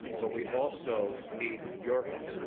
but we also need your help.